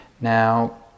Now